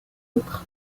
autres